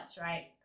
right